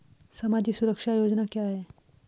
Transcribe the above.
सामाजिक सुरक्षा योजना क्या है?